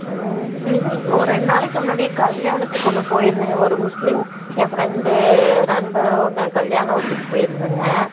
வெளில ஒரு ரெண்டு நாளைக்கு முன்னாடி கல்யாணத்துக்கு ஒன்று போயிருந்தேங்க ஒரு முஸ்லிம் என் ஃப்ரெண்ட்டு நண்பன் ஒருத்தன் கல்யாணத்துக்கு போயிருந்தேங்க